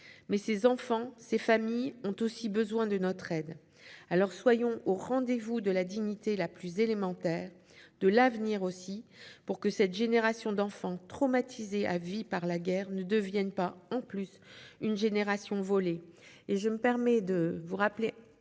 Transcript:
Mais ces enfants, ces familles, ont aussi besoin de notre aide. Alors, soyons au rendez-vous de la dignité la plus élémentaire, de l'avenir aussi, pour que cette génération d'enfants traumatisés à vie par la guerre ne devienne pas, en plus, une génération volée. Le sujet d'une